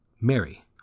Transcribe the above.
Mary